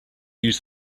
use